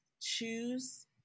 choose